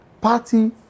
Party